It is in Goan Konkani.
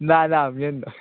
ना ना बीन दोन